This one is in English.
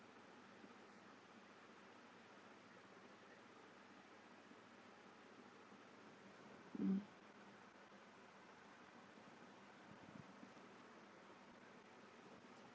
mm